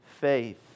faith